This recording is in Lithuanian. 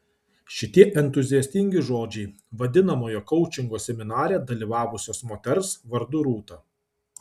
šitie entuziastingi žodžiai vadinamojo koučingo seminare dalyvavusios moters vardu rūta